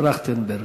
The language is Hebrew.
טרכטנברג.